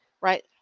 right